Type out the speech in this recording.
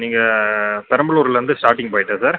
நீங்கள் பெரம்பலூர்லேருந்து ஸ்டார்டிங் பாயிண்ட்டா சார்